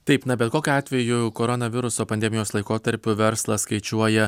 taip na bet kokiu atveju koronaviruso pandemijos laikotarpiu verslas skaičiuoja